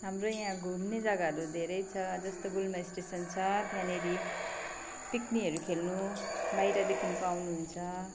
हाम्रो यहाँ घुम्ने जग्गाहरू धेरै छ जस्तो गुल्मा स्टेसन छ त्यहाँनिर पिकनिकहरू खेल्नु बाहिरदेखिको आउनुहुन्छ